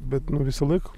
bet visąlaik